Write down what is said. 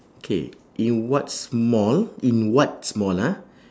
okay in what small in what small ah